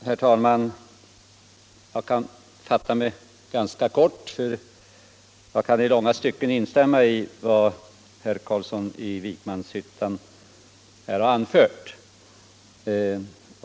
Herr talman! Jag kan fatta mig ganska kort, eftersom jag i långa stycken kan instämma i vad herr Carlsson i Vikmanshyttan har anfört.